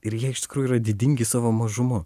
ir jie iš tikrųjų yra didingi savo mažumu